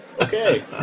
okay